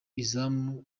izamu